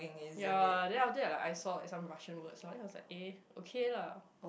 ya then after that I like I saw some Russian words so I was like eh okay lah